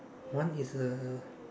one is a